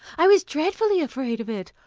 i was dreadfully afraid of it.